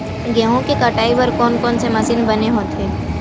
गेहूं के कटाई बर कोन कोन से मशीन बने होथे?